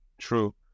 true